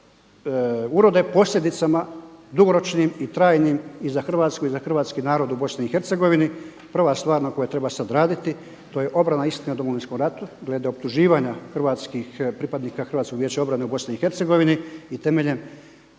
urode posljedicama dugoročnim i trajnim i za Hrvatsku i za hrvatski narod u BiH. Prva stvar na kojoj treba sada raditi to je obrana istine o Domovinskom ratu glede optuživanja pripadnika HVO-a u BiH i temeljem